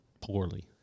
poorly